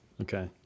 Okay